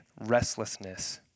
restlessness